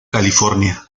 california